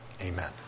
Amen